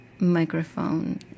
microphone